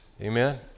Amen